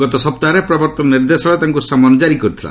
ଗତ ସପ୍ତାହରେ ପ୍ରବର୍ତ୍ତନ ନିର୍ଦ୍ଦେଶାଳୟ ତାଙ୍କୁ ସମନ ଜାରି କରିଥିଲା